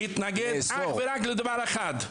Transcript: הוא מתנגד אך ורק לדבר אחד,